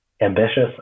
ambitious